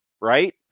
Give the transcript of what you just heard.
right